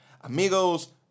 amigos